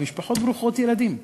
משפחות ברוכות ילדים.